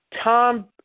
Tom